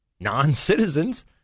non-citizens